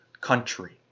country